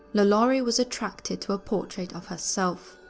lalaurie was attracted to a portrait of herself,